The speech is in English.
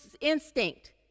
instinct